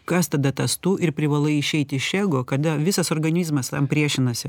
kas tada tas tu ir privalai išeit iš ego kada visas organizmas tam priešinasi